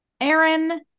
Aaron